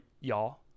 y'all